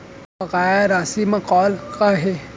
बकाया राशि मा कॉल का हे?